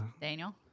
daniel